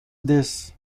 this